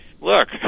look